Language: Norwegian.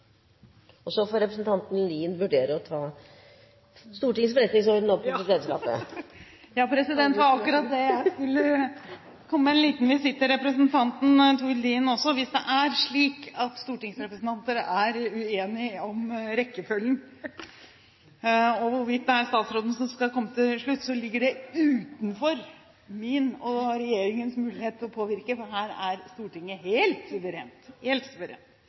Så får representanten Lien vurdere å ta Stortingets forretningsorden opp med presidentskapet. Jeg skulle også akkurat til å gjøre en liten visitt til representanten Tord Lien: Hvis det er slik at stortingsrepresentanter er uenige om rekkefølgen, og om hvorvidt det er statsråden som skal komme til slutt, ligger det utenfor min og regjeringens mulighet til å påvirke, for her er Stortinget helt suverent!